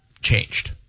changed